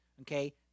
okay